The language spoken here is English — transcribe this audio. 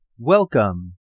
Welcome